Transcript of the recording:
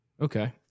Okay